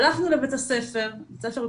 הלכנו לבית הספר, בית ספר ...,